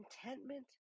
contentment